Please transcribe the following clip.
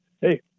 Hey